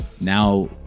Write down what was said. Now